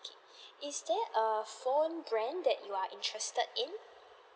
okay is there a phone brand that you are interested in